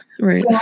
Right